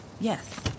Yes